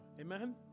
Amen